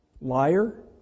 Liar